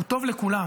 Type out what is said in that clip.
הוא טוב לכולם.